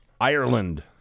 ireland